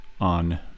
on